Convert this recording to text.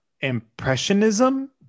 impressionism